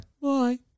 Bye